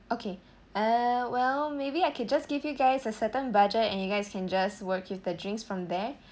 okay uh well maybe I can just give you guys a certain budget and you guys can just work with the drinks from there